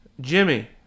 Jimmy